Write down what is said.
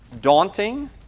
daunting